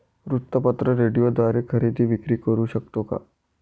वृत्तपत्र, रेडिओद्वारे खरेदी विक्री करु शकतो का?